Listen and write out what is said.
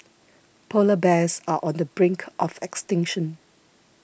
Polar Bears are on the brink of extinction